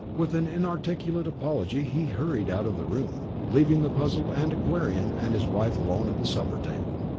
with an inarticulate apology he hurried out of the room, leaving the puzzled antiquarian and his wife alone at the supper table.